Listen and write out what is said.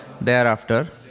Thereafter